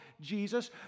Jesus